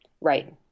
Right